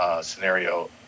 scenario